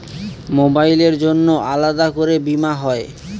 মোবাইলের জন্য আলাদা করে বীমা হয়?